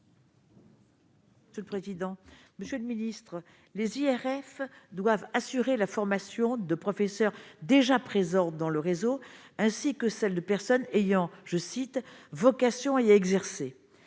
Sous le président Monsieur le ministre, les IRF doivent assurer la formation de professeur, déjà présente dans le réseau, ainsi que celles de personnes ayant je cite vocation, il y a exercé